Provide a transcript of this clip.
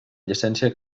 llicència